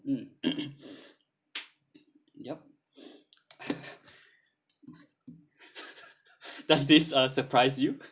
mm yup does this uh surprise you